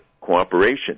cooperation